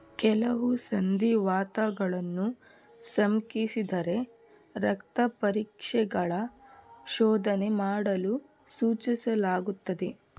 ಕೆಲವು ಸಂಧಿವಾತಗಳನ್ನು ಶಂಕಿಸಿದರೆ ರಕ್ತ ಪರೀಕ್ಷೆಗಳ ಶೋಧನೆ ಮಾಡಲು ಸೂಚಿಸಲಾಗುತ್ತದೆ